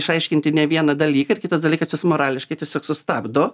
išaiškinti ne vieną dalyką ir kitas dalykas jos morališkai tiesiog sustabdo